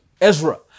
Ezra